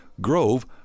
Grove